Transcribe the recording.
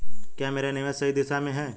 क्या मेरा निवेश सही दिशा में है?